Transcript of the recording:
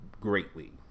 greatly